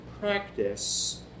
practice